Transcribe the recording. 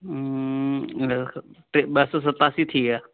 ॿ सौ सतासी थी विया